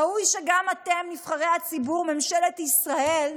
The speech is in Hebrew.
ראוי שגם אתם, נבחרי הציבור, ממשלת ישראל,